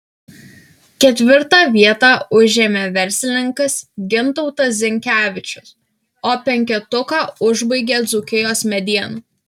ketvirtą vietą užėmė verslininkas gintautas zinkevičius o penketuką užbaigė dzūkijos mediena